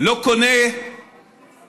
לא קונה נפט